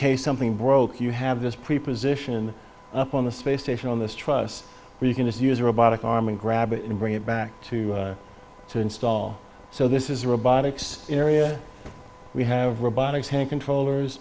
case something broke you have this preposition up on the space station on this truss or you can just use a robotic arm and grab it and bring it back to to install so this is robotics area we have robotic hand controllers